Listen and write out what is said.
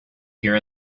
here